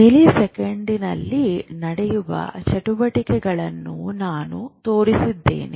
milli ಸೆಕೆಂಡುಗಳಲ್ಲಿ ನಡೆಯುವ ಚಟುವಟಿಕೆಗಳನ್ನು ನಾನು ತೋರಿಸಿದ್ದೇನೆ